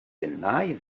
deny